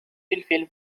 الفيلم